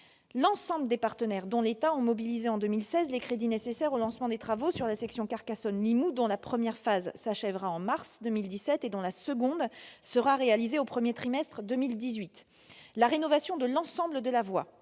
L'ensemble des partenaires, dont l'État, ont mobilisé en 2016 les crédits nécessaires au lancement des travaux sur cette section. La première phase s'achèvera en mars 2017, tandis que la seconde sera réalisée au premier trimestre 2018. La rénovation de l'ensemble de la voie